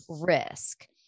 risk